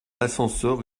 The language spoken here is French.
l’ascenseur